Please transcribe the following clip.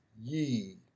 ye